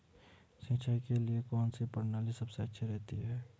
सिंचाई के लिए कौनसी प्रणाली सबसे अच्छी रहती है?